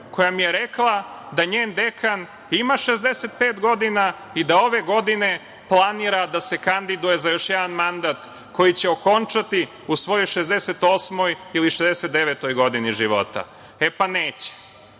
koja mi je rekla da njen dekan ima 65 godina, i da ove godine planira da se kandiduje za još jedan mandat koji će okončati u svojoj 68 ili 69 godini života. E, pa neće. Mi